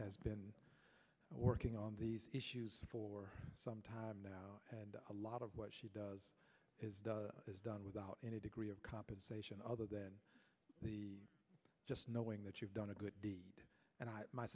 has been working on these issues for some time now and a lot of what she does is done without any degree of compensation other than the just knowing that you've done a good deed and